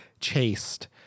chased